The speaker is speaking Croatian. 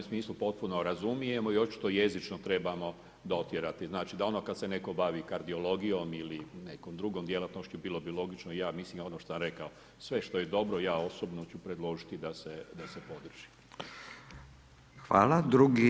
Ja mislim da se u ... potpuno razumijemo i očito jezično trebamo dotjerati, znači, da ono kad se netko bavi kardiologijom ili nekom drugom djelatnošću, bilo bi logično i ja mislim ono šta sam rekao, sve što je dobro, ja osobno ću predložiti da se podrži.